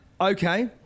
Okay